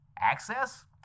Access